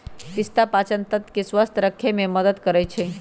पिस्ता पाचनतंत्र के स्वस्थ रखे में मदद करई छई